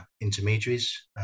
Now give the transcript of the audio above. intermediaries